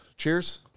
Cheers